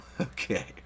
Okay